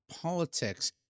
politics